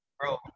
Bro